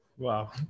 Wow